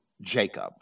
Jacob